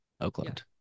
oakland